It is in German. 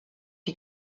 die